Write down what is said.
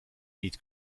niet